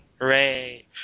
hooray